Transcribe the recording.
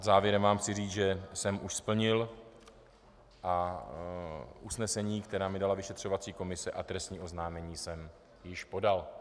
Závěrem vám chci říci, že jsem už splnil usnesení, která mi dala vyšetřovací komise, a trestní oznámení jsem již podal.